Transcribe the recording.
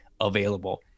available